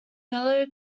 fellow